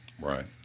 Right